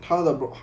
他的